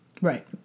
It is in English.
right